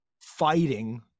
fighting